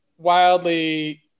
wildly